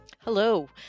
Hello